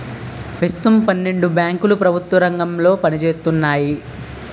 పెస్తుతం పన్నెండు బేంకులు ప్రెభుత్వ రంగంలో పనిజేత్తన్నాయి